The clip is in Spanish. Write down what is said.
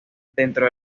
dentro